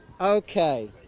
Okay